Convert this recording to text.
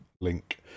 link